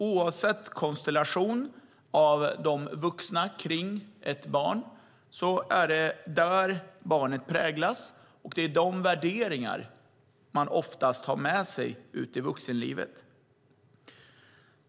Oavsett konstellationen av de vuxna kring ett barn är det där barnet präglas, och det är de värderingarna det oftast har med sig i vuxenlivet.